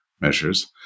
measures